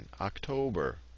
October